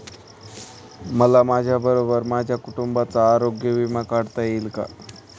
मला माझ्याबरोबर माझ्या कुटुंबाचा आरोग्य विमा काढता येईल का?